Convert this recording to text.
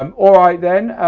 um all right then,